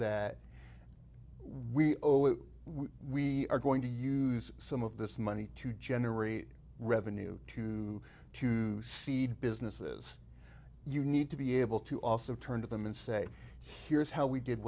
it we are going to use some of this money to generate revenue to to seed businesses you need to be able to also turn to them and say here's how we did